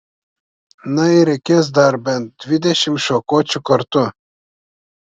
na ir reikės dar bent dvidešimt šakočių kartu